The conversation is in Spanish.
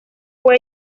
fue